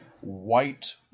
white